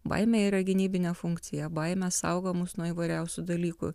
baimė yra gynybinė funkcija baimė saugo mus nuo įvairiausių dalykų